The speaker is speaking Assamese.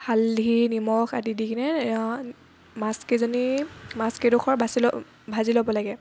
হালধি নিমখ আদি দিকেনে মাছকিজনী মাছকেইডখৰ বাচি ভাজি ল'ব লাগে